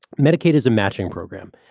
medicaid is a matching program.